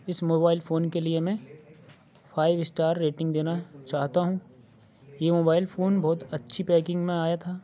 اِس mobile phone کے لیے میں فائیو اسٹار ریٹنگ دینا چاہتا ہوں یہ موبائل فون بہت اچھی پیکنگ میں آیا تھا